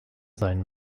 sein